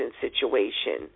situation